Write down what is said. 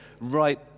right